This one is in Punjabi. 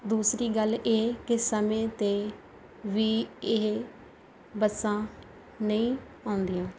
ਦੂਸਰੀ ਗੱਲ ਇਹ ਕਿ ਸਮੇਂ ਦੇ ਵੀ ਇਹ ਬੱਸਾਂ ਨਹੀਂ ਆਉਂਦੀਆਂ